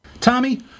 Tommy